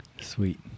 sweet